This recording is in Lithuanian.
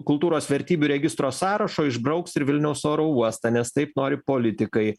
kultūros vertybių registro sąrašo išbrauks ir vilniaus oro uostą nes taip nori politikai